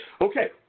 Okay